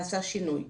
נעשה שינוי.